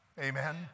Amen